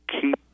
keep